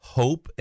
hope